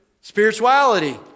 spirituality